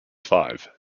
five